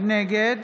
נגד